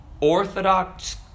Orthodox